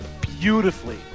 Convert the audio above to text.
beautifully